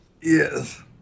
Yes